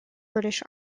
british